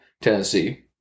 Tennessee